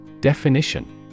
Definition